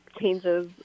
changes